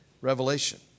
revelation